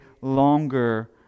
longer